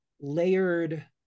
layered